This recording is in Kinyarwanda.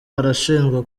arashinjwa